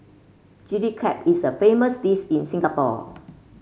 Chilli Crab is a famous dis in Singapore